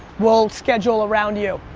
we'll schedule around you.